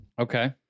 Okay